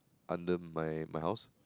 under my my house